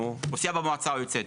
או סיעה במועצה היוצאת.